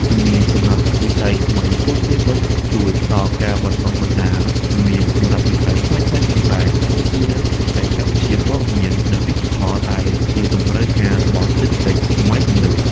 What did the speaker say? ជំនាញសម្រាប់វិស័យថ្មី ពួកគេក៏ជួយផ្តល់ការបណ្តុះបណ្តាលជំនាញសម្រាប់វិស័យថ្មីៗផងដែរ ដូចជាបច្ចេកវិទ្យាព័ត៌មាន និងឌីជីថល ដែលជាតម្រូវការរបស់សេដ្ឋកិច្ចសម័យទំនើប។